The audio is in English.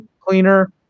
cleaner